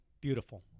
beautiful